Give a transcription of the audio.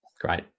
Great